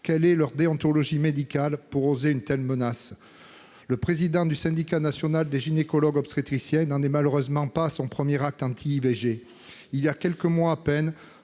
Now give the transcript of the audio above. donc de la déontologie médicale pour oser brandir une telle menace ? Le président du syndicat national des gynécologues et obstétriciens de France n'en est malheureusement pas à son premier acte anti-IVG. Il y a quelques mois, en